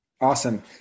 Awesome